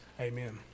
Amen